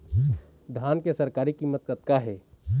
धान के सरकारी कीमत कतका हे?